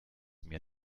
mir